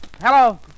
Hello